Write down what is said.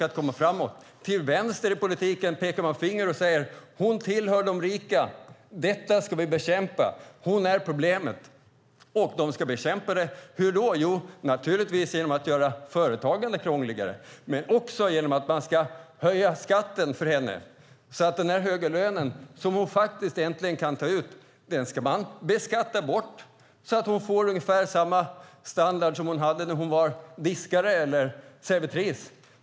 Till vänster i politiken pekar man finger och säger: Hon tillhör de rika. Detta ska vi bekämpa. Hon är problemet. Hur ska de bekämpa det? Jo, naturligtvis genom att göra företagande krångligare. Man ska också höja skatten för henne så att man beskattar bort den höga lön som hon äntligen kan ta ut så att hon får ungefär samma standard som hon hade när hon var diskare och servitris.